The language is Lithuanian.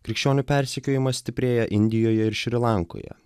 krikščionių persekiojimas stiprėja indijoje ir šri lankoje